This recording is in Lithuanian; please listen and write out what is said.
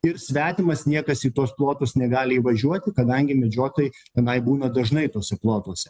ir svetimas niekas į tuos plotus negali įvažiuoti kadangi medžiotojai tenai būna dažnai tuose plotuose